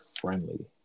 friendly